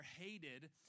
hated